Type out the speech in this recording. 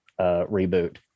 reboot